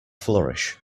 flourish